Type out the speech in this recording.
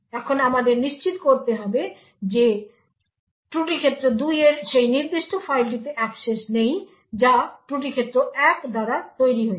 এখন আমাদের নিশ্চিত করতে হবে যে ত্রুটি ক্ষেত্র 2 এর সেই নির্দিষ্ট ফাইলটিতে অ্যাক্সেস নেই যা ত্রুটি ক্ষেত্র 1 দ্বারা তৈরি হয়েছে